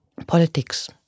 Politics